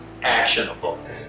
actionable